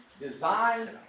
design